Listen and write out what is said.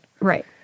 Right